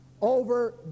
over